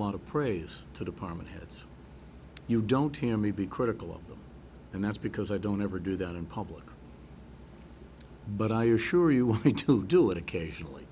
lot of praise to department heads you don't hear me be critical of them and that's because i don't ever do that in public but i assure you want me to do it occasionally